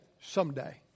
someday